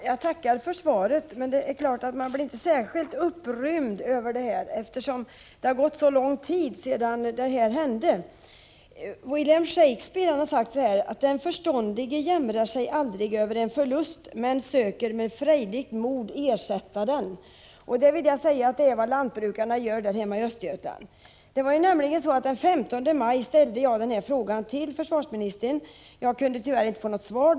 Herr talman! Jag tackar för svaret, men jag är inte särskilt upprymd över det, eftersom så lång tid har passerat sedan händelsen i fråga inträffade. William Shakespeare har sagt: Den förståndige jämrar sig aldrig över en förlust, men söker med frejdigt mod ersätta den. Det är också vad lantbrukarna gör hemma i Östergötland. Den 15 maj ställde jag till försvarsministern samma fråga som jag nu framfört, men kunde då tyvärr inte få något svar.